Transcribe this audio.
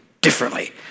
differently